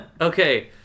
Okay